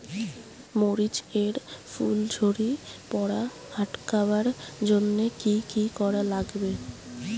মরিচ এর ফুল ঝড়ি পড়া আটকাবার জইন্যে কি কি করা লাগবে?